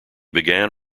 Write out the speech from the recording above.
began